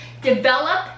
develop